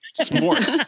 Smart